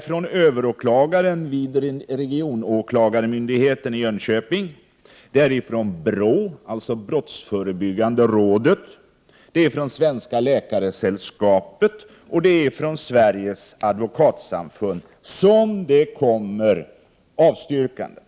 Från överåklagaren vid regionåklagarmyndigheten i Jönköping, brottsförebyggande rådet , Svenska läkaresällskapet och Sveriges advokatsamfund har det kommit avstyrkanden.